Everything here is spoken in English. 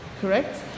correct